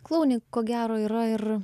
kloune ko gero yra ir